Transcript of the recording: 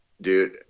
dude